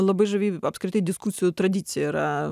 labai žavi apskritai diskusijų tradicija yra